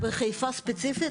בחיפה ספציפית?